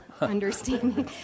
understanding